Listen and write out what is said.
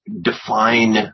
define